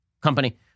company